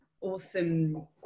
awesome